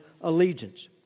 allegiance